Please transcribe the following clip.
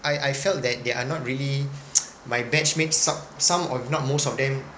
I I felt that they are not really my batch mates som~ some if not most of them